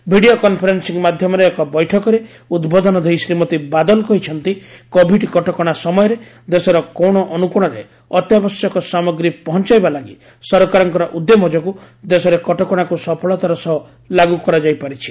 video conferencing ମାଧ୍ୟମରେ ଏକ ବୈଠକରେ ଉଦ୍ବୋଧନ ଦେଇ ଶ୍ରୀମତୀ ବାଦଲ କହିଛନ୍ତି କୋଭିଡ କଟକଣା ସମୟରେ ଦେଶର କୋଶଅନୁକୋଶରେ ଅତ୍ୟାବଶ୍ୟକ ସାମଗ୍ରୀ ପହଞ୍ଚାଇବା ଲାଗି ସରକାରଙ୍କ ଉଦ୍ୟମ ଯୋଗୁଁ ଦେଶରେ କଟକଣାକୁ ସଫଳତାର ସହ ଲାଗୁ କରାଯାଇପାରିଛି